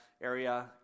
area